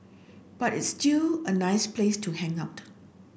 but it's still a nice place to hang out